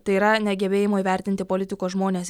tai yra negebėjimo įvertinti politikos žmones